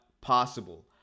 possible